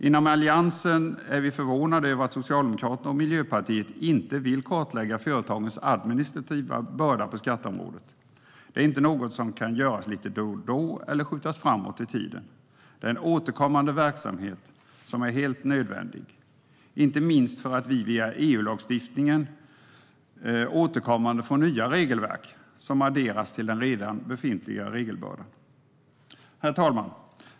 Inom Alliansen är vi förvånade över att Socialdemokraterna och Miljöpartiet inte vill kartlägga företagens administrativa börda på skatteområdet. Det är inte något som kan göras lite då och då eller skjutas framåt i tiden. Det är en återkommande verksamhet som är helt nödvändig, inte minst för att vi via EU-lagstiftningen återkommande får nya regelverk som adderas till den redan befintliga regelbördan. Herr talman!